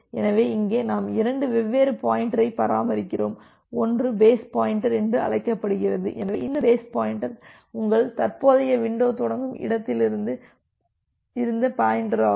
எனவே இங்கே நாம் இரண்டு வெவ்வேறு பாயின்டரை பராமரிக்கிறோம் ஒன்று பேஸ் பாயின்டர் என்று அழைக்கப்படுகிறது எனவே இந்த பேஸ் பாயின்டர் உங்கள் தற்போதைய வின்டோ தொடங்கும் இடத்திலிருந்த பாயின்டர் ஆகும்